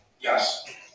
Yes